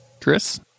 Chris